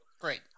Great